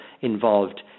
involved